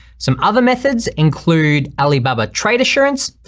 some other methods include alibaba trade assurance.